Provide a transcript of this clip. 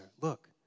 Look